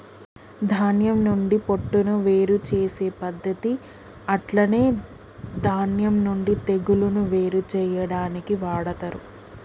ధాన్యం నుండి పొట్టును వేరు చేసే పద్దతి అట్లనే ధాన్యం నుండి తెగులును వేరు చేయాడానికి వాడతరు